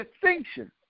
distinction